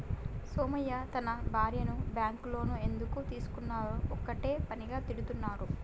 సోమయ్య తన భార్యను bank loan ఎందుకు తీసుకున్నవని ఒక్కటే పనిగా తిడుతున్నడు